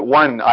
one